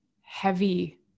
heavy